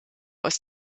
aus